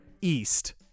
east